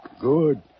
Good